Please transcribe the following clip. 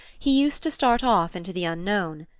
he used to start off into the unknown.